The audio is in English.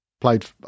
played